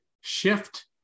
shift